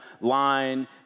line